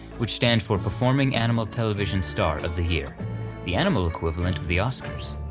which stand for performing animal television star of the year the animal equivalent of the oscars.